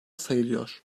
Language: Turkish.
sayılıyor